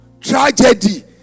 Tragedy